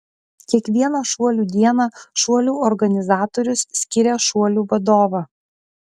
kiekvieną šuolių dieną šuolių organizatorius skiria šuolių vadovą